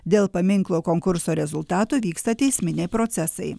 dėl paminklo konkurso rezultatų vyksta teisminiai procesai